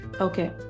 Okay